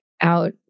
out